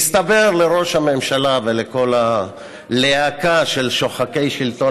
הסתבר לראש הממשל ולכל הלהקה של שוחקי שלטון